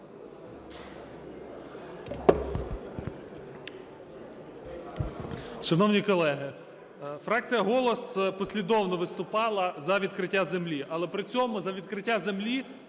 Шановні колеги, фракція "Голос" послідовно виступала за відкриття землі, але при цьому за відкриття землі